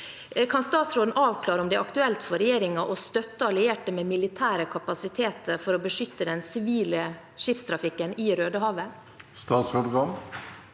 Kan statsråden avklare om det er aktuelt for regjeringen å støtte allierte med militære kapasiteter for å beskytte den sivile skipstrafikken i Rødehavet?